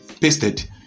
pasted